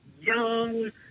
young